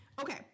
Okay